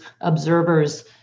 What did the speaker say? observers